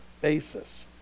basis